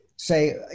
Say